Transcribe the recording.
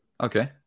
Okay